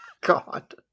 God